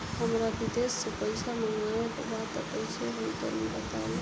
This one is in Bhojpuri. हमरा विदेश से पईसा मंगावे के बा कइसे होई तनि बताई?